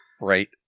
Right